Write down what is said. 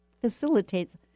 facilitates